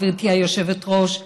גברתי היושבת-ראש,